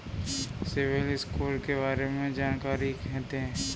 CIBIL score के बारे में जानकारी दें?